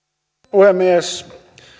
puhemies